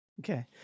Okay